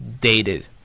dated